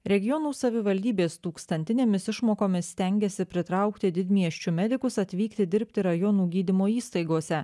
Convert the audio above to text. regionų savivaldybės tūkstantinėmis išmokomis stengiasi pritraukti didmiesčių medikus atvykti dirbti rajonų gydymo įstaigose